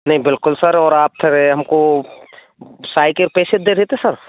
नहीं बिल्कुल सर और आप फ़िर हमको साई के पैसे दे देते सर